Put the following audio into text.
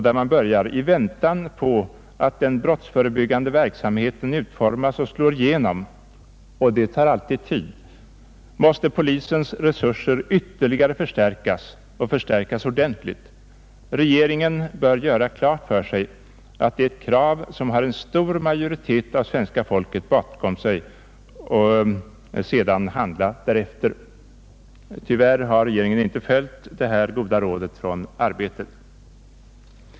” Där heter det: ”I väntan på att den brottsförebyggande verksamheten utformas och slår igenom — och det tar alltid tid — måste polisens resurser ytterligare förstärkas och förstärkas ordentligt. Regeringen bör göra klart för sig, att det är ett krav, som har en stor majoritet av svenska folket bakom sig och sedan handla därefter.” Tyvärr har regeringen inte följt detta goda råd från Arbetet.